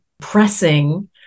pressing